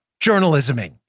journalisming